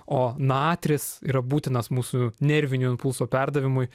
o natris yra būtinas mūsų nervinio impulso perdavimui